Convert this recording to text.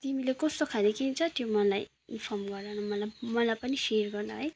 तिमीले कस्तो खाले किन्छ त्यो मलाई इन्फर्म गर न मलाई पनि मलाई पनि सेयर गर है